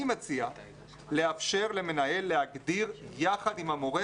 אני מציע לאפשר למנהל להגדיר יחד עם המורה